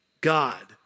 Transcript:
God